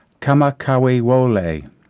Kamakawiwole